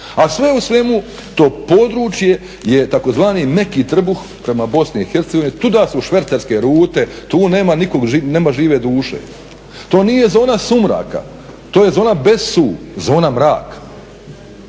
A sve u svemu to područje je tzv. meki trbuh prema Bosni i Hercegovini, tuda su švercerske rute, tu nema nikog, nema žive duše. To nije zona sumraka, to je zona bez su, zona mraka.